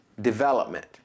development